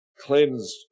cleansed